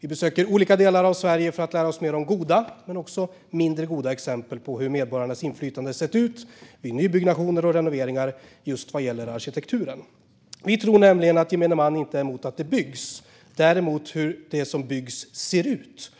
Vi besöker olika delar av Sverige för att lära oss mer om goda och mindre goda exempel på hur medborgarnas inflytande sett ut vid nybyggnation och renoveringar vad gäller just arkitekturen. Vi tror nämligen att gemene man inte är emot att det byggs men kan ha invändningar mot hur det som byggs ser ut.